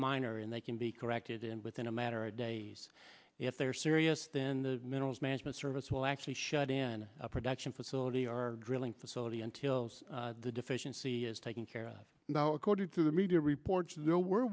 minor and they can be corrected and within a matter of days if they're serious then the minerals management service will actually shut in a production facility our drilling facility until the deficiency is taken care of now according to the media reports there